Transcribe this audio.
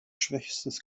schwächstes